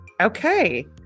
Okay